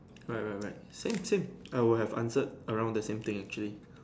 right right right same same I would have answered around the same thing actually